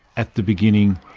at the beginnin.